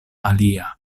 alia